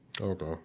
Okay